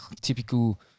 typical